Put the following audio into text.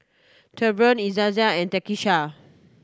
Treyvon Izayah and Takisha